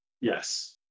Yes